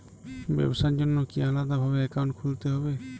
ব্যাবসার জন্য কি আলাদা ভাবে অ্যাকাউন্ট খুলতে হবে?